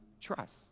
trust